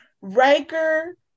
Riker